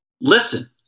listen